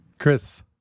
Chris